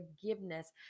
forgiveness